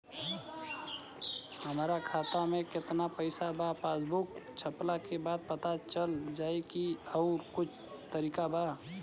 हमरा खाता में केतना पइसा बा पासबुक छपला के बाद पता चल जाई कि आउर कुछ तरिका बा?